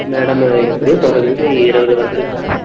madam எப்படியோ